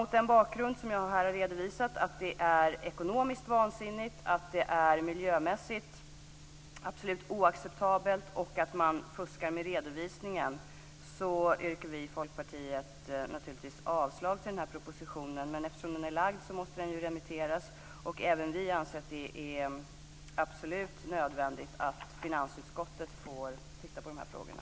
Mot den bakgrund jag har redovisat, att det är ekonomiskt vansinnigt, att det är miljömässigt absolut oacceptabelt och att man fuskar med redovisningen, yrkar vi i Folkpartiet naturligtvis avslag på propositionen. Men eftersom propositionen har lagts fram måste den remitteras vidare. Även vi anser att det är absolut nödvändigt att finansutskottet får titta på frågorna.